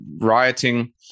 rioting